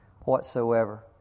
whatsoever